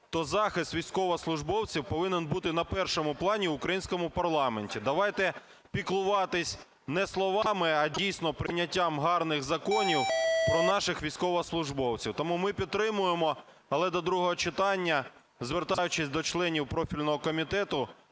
то захист військовослужбовців повинен бути на першому плані в українському парламенті. Давайте піклуватись не словами, а, дійсно, прийняттям гарних законів про наших військовослужбовців. Тому ми підтримуємо, але до другого читання, звертаючись до членів профільного комітету,